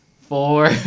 four